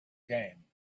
game